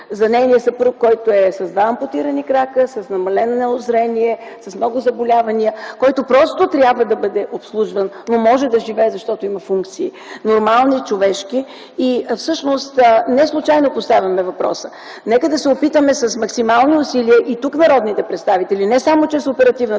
за нейния съпруг, който е с два ампутирани крака, с намалено зрение, с много заболявания, който просто трябва да бъде обслужван, но може да живее, защото има нормални човешки функции. Всъщност неслучайно поставям въпроса. Нека да се опитаме с максимални усилия и тук народните представители, не само чрез Оперативната